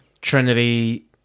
Trinity